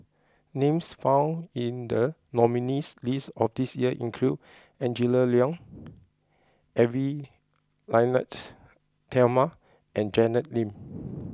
names found in the nominees' list of this year include Angela Liong Edwy Lyonet Talma and Janet Lim